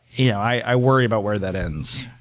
yeah i worry about where that ends.